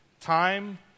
time